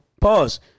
Pause